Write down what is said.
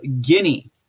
Guinea